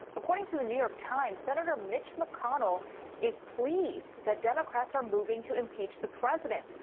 according to the new york times, senator mitch mcconnell is pleased that democrats are moving to impeach the president.